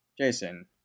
Jason